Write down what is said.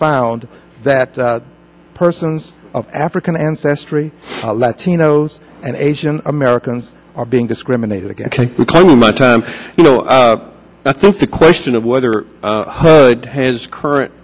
found that persons of african ancestry latinos and asian americans are being discriminated against much time you know i think the question of whether her has current